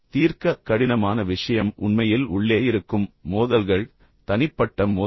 தீர்க்க கடினமான விஷயம் உண்மையில் உள்ளே இருக்கும் மோதல்கள் தனிப்பட்ட மோதல்கள்